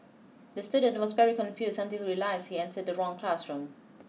the student was very confused until he realised he entered the wrong classroom